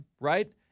right